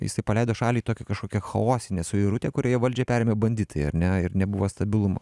jisai paleido šalį į tokią kažkokią chaosinę suirutę kurioje valdžią perėmė banditai ar ne ir nebuvo stabilumo